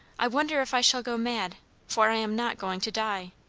i wonder if i shall go mad for i am not going to die.